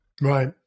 right